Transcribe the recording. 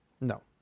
No